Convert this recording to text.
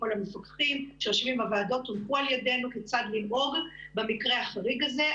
כל המפקחים שיושבים בוועדות הונחו על ידינו כיצד לנהוג במקרה החריג הזה,